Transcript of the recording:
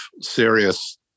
serious